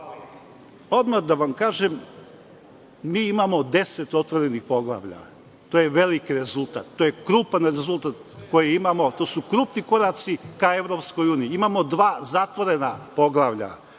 Odmah da vam kažem, mi imamo 10 otvorenih poglavlja. To je veliki rezultat. To je krupan rezultat koji imamo. To su krupni koraci ka Evropskoj uniji. Imamo dva zatvorena poglavlja.